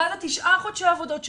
מה זה תשעה חודשי עבודות שירות?